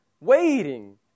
waiting